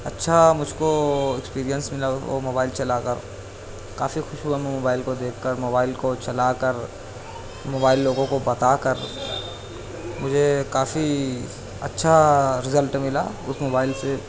اچھا مجھ کو ایکسپیریئنس ملا وہ موبائل چلا کر کافی خوش ہوا میں موبائل کو دیکھ کر موبائل کو چلا کر موبائل لوگوں کو بتا کر مجھے کافی اچھا رزلٹ ملا اس موبائل سے